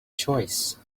choice